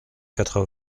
quatre